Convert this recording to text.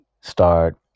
start